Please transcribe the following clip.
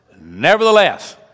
Nevertheless